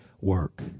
work